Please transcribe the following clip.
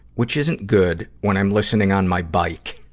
which isn't good when i'm listening on my bike.